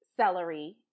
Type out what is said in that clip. celery